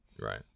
Right